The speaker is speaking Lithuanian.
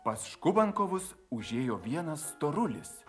pas škubankovus užėjo vienas storulis